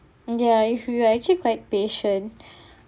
mm ya if you are actually quite patient